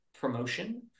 promotion